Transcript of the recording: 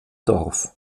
dorf